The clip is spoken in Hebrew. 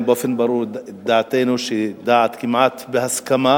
באופן ברור שדעתנו היא כמעט בהסכמה,